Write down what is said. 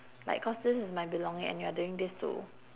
like cause this is my belonging and you are doing this to